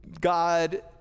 God